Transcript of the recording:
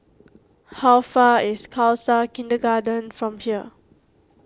how far away is Khalsa Kindergarten from here